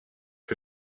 for